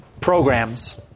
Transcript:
Programs